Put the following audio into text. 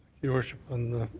your worship,